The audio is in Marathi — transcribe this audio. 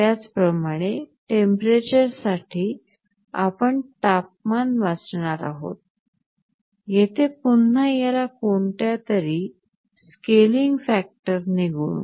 त्याचप्रमाणे टेम्परेचरसाठी आपण तापमान वाचणार आहोत येथे पुन्हा ह्याला कोणत्यातरी स्केलिंग फॅक्टर ने गुणु